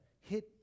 hit